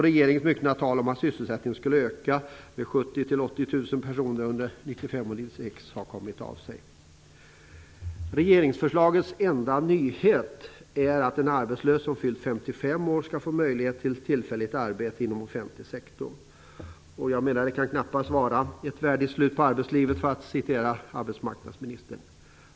Regeringens myckna tal om att sysselsättningen skulle öka med 70 000-80 000 personer under 95 och 96 har kommit av sig. Regeringsförslagets enda nyhet är att en arbetslös som fyllt 55 år skall få möjlighet till tillfälligt arbete inom offentlig sektor. Det kan knappast vara ett värdigt slut på arbetslivet, för att citera arbetsmarknadsministern.